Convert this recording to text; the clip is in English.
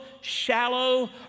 shallow